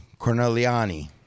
Corneliani